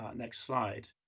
um next slide.